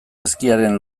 ezkiaren